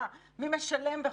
מי משלם וכו',